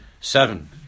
Seven